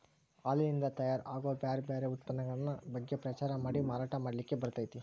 ಹಾಲಿನಿಂದ ತಯಾರ್ ಆಗೋ ಬ್ಯಾರ್ ಬ್ಯಾರೆ ಉತ್ಪನ್ನಗಳ ಬಗ್ಗೆ ಪ್ರಚಾರ ಮಾಡಿ ಮಾರಾಟ ಮಾಡ್ಲಿಕ್ಕೆ ಬರ್ತೇತಿ